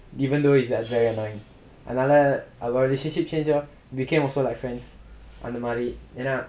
even though he is like very annoying அதுனால:athunaala our relationship change became also like friends அந்தமாரி ஏனா:anthamaari yaenaa